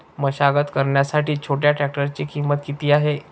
मशागत करण्यासाठी छोट्या ट्रॅक्टरची किंमत किती आहे?